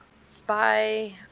Spy